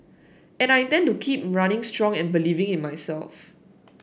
and I intend to keep running strong and believing in myself